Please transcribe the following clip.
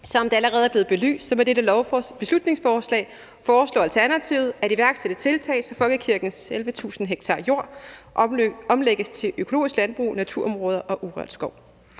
Som det allerede er blevet belyst, foreslår Alternativet med dette beslutningsforslag at iværksætte tiltag, så folkekirkens 11.000 ha jord omlægges til økologisk landbrug, naturområder og urørt skov.